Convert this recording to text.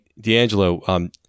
D'Angelo